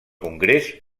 congrés